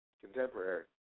Contemporary